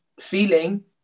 feeling